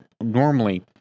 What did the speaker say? normally